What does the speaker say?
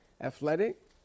athletic